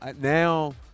Now